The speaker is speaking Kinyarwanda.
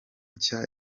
nshya